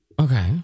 Okay